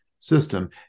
system